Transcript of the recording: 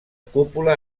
cúpula